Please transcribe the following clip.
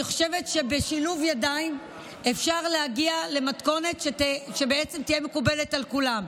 אני חושבת שבשילוב ידיים אפשר להגיע למתכונת שתהיה מקובלת על כולם,